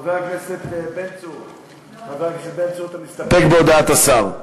חבר הכנסת בן צור, אתה מסתפק בהודעת השר?